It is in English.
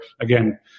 Again